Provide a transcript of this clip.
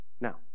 Now